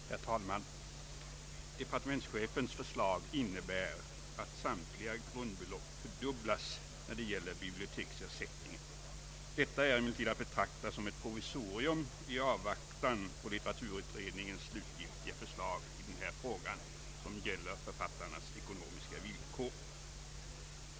Herr talman! Departementschefens förslag innebär att samtliga grundbelopp fördubblas när det gäller biblioteksersättningen. Detta är emellertid att betrakta som ett provisorium i avvaktan på litteraturutredningens slutgiltiga förslag i denna fråga som gäller författarnas ekonomiska villkor.